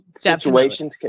situations